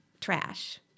trash